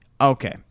Okay